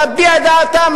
להביע את דעתם,